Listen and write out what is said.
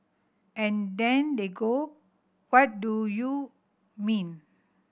and then they go what do you mean